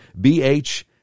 BH